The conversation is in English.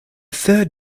third